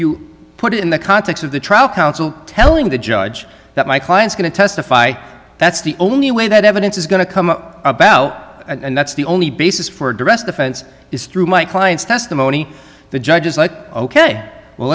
you put it in the context of the trial counsel telling the judge that my client's going to testify that's the only way that evidence is going to come about and that's the only basis for addressed defense is through my client's testimony the judge is like ok well